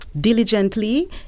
diligently